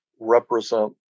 represent